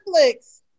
Netflix